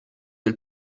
del